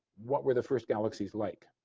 what were the first galaxies like.